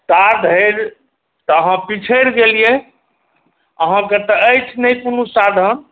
ता धरि तऽ अहाँ पिछड़ि गेलियै अहाँके तऽ अछि नहि कोनो साधन